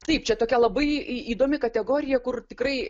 taip čia tokia labai įdomi kategorija kur tikrai